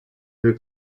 her